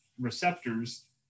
receptors